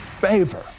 favor